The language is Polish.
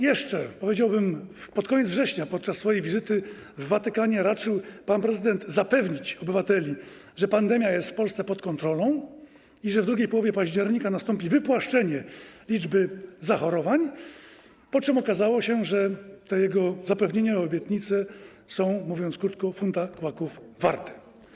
Jeszcze, powiedziałbym, pod koniec września podczas swojej wizyty w Watykanie raczył pan prezydent zapewnić obywateli, że pandemia jest w Polsce pod kontrolą i że w drugiej połowie października nastąpi wypłaszczenie liczby zachorowań, po czym okazało się, że te jego zapewnienia i obietnice są, mówiąc krótko, funta kłaków warte.